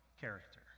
character